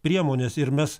priemonės ir mes